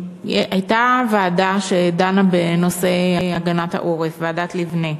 הייתה ועדה שדנה בנושא הגנת העורף, ועדת ליבנה.